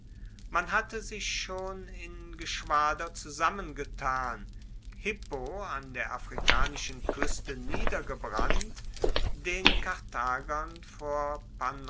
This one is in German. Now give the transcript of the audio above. man hatte sich schon in geschwader zusammengetan hippo an der afrikanischen kueste niedergebrannt den karthagern vor